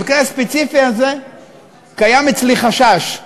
במקרה הספציפי הזה קיים אצלי חשש,